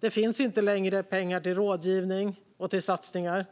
Det finns inte längre pengar till rådgivning och satsningar.